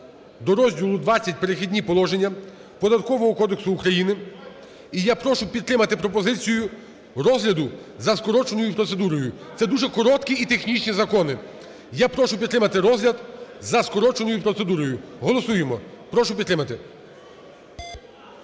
до розділу ХХ "Перехідні положення" Податкового кодексу України. І я прошу підтримати пропозицію розгляду за скороченою процедурою. Це дуже короткі і технічні закони. Я прошу підтримати розгляд за скороченою процедурою. Голосуємо. Прошу підтримати.